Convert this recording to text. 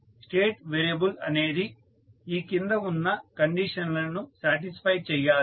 state variable అనేది ఈ కింద ఉన్న కండిషన్ లను సాటిస్ఫై చేయాలి